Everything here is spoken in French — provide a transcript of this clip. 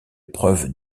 preuve